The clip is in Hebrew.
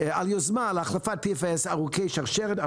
על יוזמה להחלפת PFAS ארוכי שרשרת.